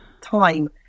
time